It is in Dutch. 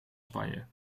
spanje